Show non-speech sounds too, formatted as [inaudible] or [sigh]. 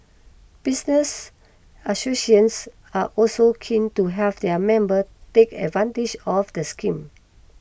business [unintelligible] are also keen to have their members take advantage of the scheme